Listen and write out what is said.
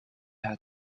had